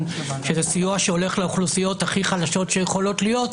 שזה סיוע שהולך לאוכלוסיות הכי חלשות שיכולות להיות,